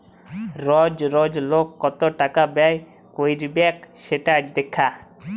রজ রজ লক কত টাকা ব্যয় ক্যইরবেক সেট দ্যাখা